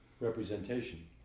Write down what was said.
representation